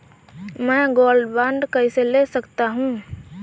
मैं gold bond कैसे ले सकता हूँ?